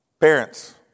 Parents